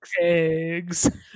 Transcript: eggs